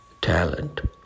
talent